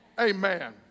amen